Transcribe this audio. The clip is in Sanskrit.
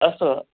अस्तु